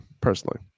Personally